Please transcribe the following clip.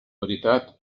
veritat